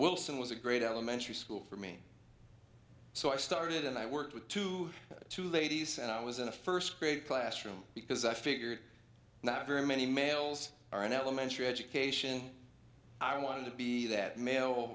wilson was a great elementary school for me so i started and i worked with two two ladies and i was in a first grade classroom because i figured not very many males are in elementary education i want to be that male